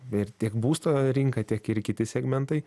ir tiek būsto rinka tiek ir kiti segmentai